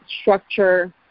structure